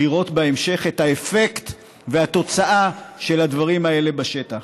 לראות בהמשך את האפקט והתוצאה של הדברים האלה בשטח.